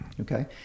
Okay